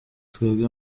twebwe